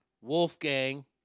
Wolfgang